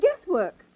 guesswork